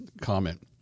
comment